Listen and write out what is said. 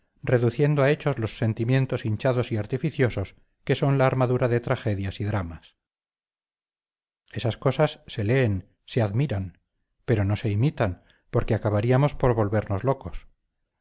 reduciendo a hechos los sentimientos hinchados y artificiosos que son la armadura de tragedias y dramas esas cosas se leen se admiran pero no se imitan porque acabaríamos por volvernos locos